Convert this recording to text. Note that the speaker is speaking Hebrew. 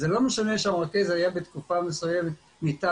וזה לא משנה שהמרכז היה בתקופה מסוימת מטעם